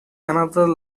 another